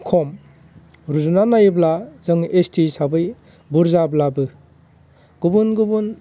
खम रुजुनानै नायोब्ला जों एसटि हिसाबै बुरजाब्लाबो गुबुन गुबुन